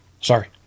Sorry